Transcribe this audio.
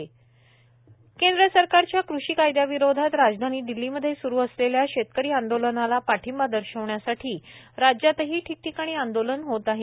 राज्यात ठिकठिकाणी आंदोलन ए आय आर केंद्र सरकारच्या कृषी कायद्याविरोधात राजधानी दिल्लीमधे स्रु असलेल्या शेतकरी आंदोलनाला पाठिंबा दर्शवण्यासाठी राज्यातही ठिकठिकाणी आंदोलन होत आहे